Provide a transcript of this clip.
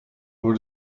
door